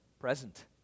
present